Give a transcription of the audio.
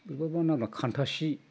बबेबानि नामा खान्थासि